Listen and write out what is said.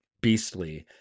beastly